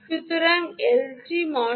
সুতরাং LT spice